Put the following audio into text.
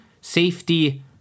safety